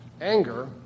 Anger